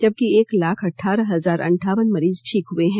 जबकि एक लाख अठारह हजार अनठावन मरीज ठीक हुए हैं